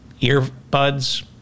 earbuds